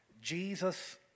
Jesus